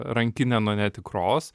rankinę nuo netikros